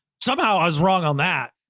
somehow i was wrong on that.